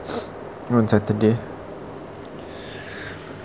on saturday